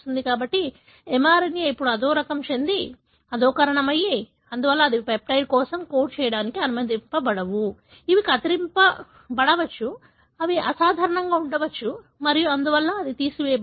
కాబట్టి mRNA ఇప్పుడు అధోకరణం చెందింది అందువల్ల అవి పెప్టైడ్ కోసం కోడ్ చేయడానికి అనుమతించబడవు అవి కత్తిరించబడవచ్చు అవి అసాధారణంగా ఉండవచ్చు మరియు అందువల్ల అవి తీసివేయబడతాయి